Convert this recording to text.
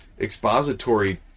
expository